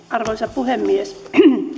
arvoisa puhemies